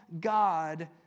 God